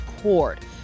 Court